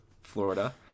Florida